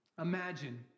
imagine